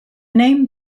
name